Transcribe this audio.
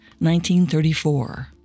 1934